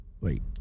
Wait